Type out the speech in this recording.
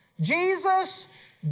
Jesus